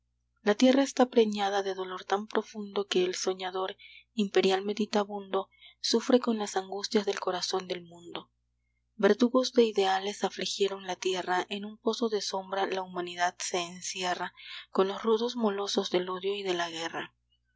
la tierra está preñada de dolor tan profundo que el soñador imperial meditabundo sufre con las angustias del corazón del mundo verdugos de ideales afligieron la tierra en un pozo de sombra la humanidad se encierra con los rudos molosos del odio y de la guerra